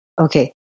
Okay